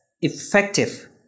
effective